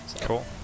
Cool